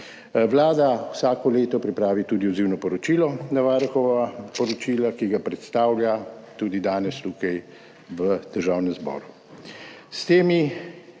Vlada vsako leto pripravi tudi odzivno poročilo na poročila Varuha, ki ga predstavlja tudi danes tukaj v Državnem zboru.